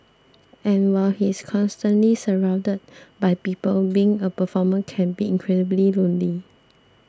and while he is constantly surrounded by people being a performer can be incredibly lonely